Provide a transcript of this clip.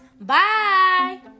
Bye